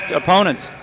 opponents